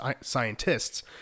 scientists